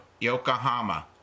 Yokohama